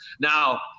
now